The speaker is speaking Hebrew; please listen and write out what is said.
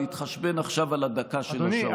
נתחשבן עכשיו על הדקה שנשארה לי.